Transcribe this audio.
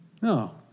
No